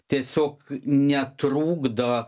tiesiog netrukdo